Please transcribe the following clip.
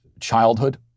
childhood